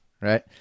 right